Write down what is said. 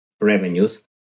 revenues